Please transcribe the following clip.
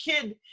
kid